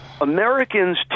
Americans